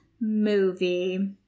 movie